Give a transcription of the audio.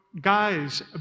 guys